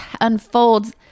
unfolds